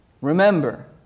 Remember